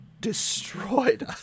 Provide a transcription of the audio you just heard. destroyed